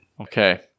Okay